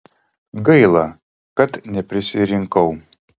gaila kad neprisirinkau